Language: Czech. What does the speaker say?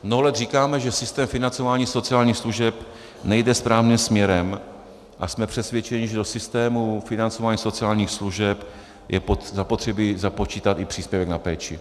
Mnoho let říkáme, že systém financování sociálních služeb nejde správným směrem, a jsme přesvědčeni, že do systému financování sociálních služeb je zapotřebí započítat i příspěvek na péči.